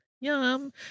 yum